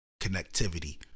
connectivity